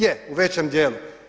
Je, u većem dijelu.